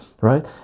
right